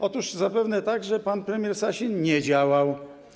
Otóż zapewne tak, że pan premier Sasin nie działał.